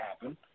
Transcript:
happen